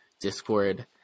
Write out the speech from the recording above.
discord